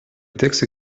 texte